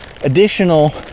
additional